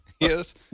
Yes